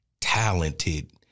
talented